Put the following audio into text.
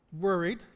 worried